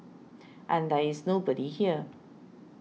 and there is nobody here